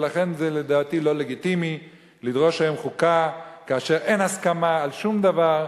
ולכן לדעתי זה לא לגיטימי לדרוש היום חוקה כאשר אין הסכמה על שום דבר,